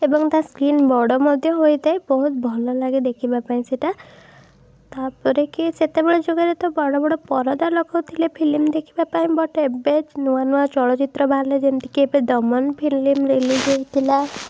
ଏବଂ ତା ସ୍କ୍ରିନ୍ ବଡ଼ ମଧ୍ୟ ହୋଇଥାଏ ବହୁତ ଭଲଲାଗେ ଦେଖିବାପାଇଁ ସେଇଟା ତା'ପରେକି ସେତେବେଳେ ଯୁଗରେ ତ ବଡ଼ବଡ଼ ପରଦା ଲଗାଉଥିଲେ ଫିଲିମ୍ ଦେଖିବାପାଇଁ ବଟ୍ ଏବେ ନୂଆନୂଆ ଚଳଚ୍ଚିତ୍ର ବାହାରିଲେ ଯେମିତିକି ଦମନ ଫିଲିମ୍ ରିଲିଜ୍ ହେଇଥିଲା